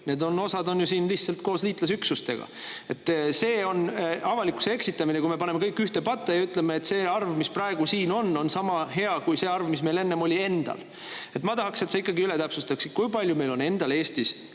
kõik. Osa on siin lihtsalt koos liitlasüksustega. See on avalikkuse eksitamine, kui me paneme kõik ühte patta ja ütleme, et see arv, mis neid praegu siin on, on sama hea kui see arv, mis meil enne oli endal. Ma tahaksin, et sa ikkagi täpsustaksid, kui palju meil on endal Eestis